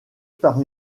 par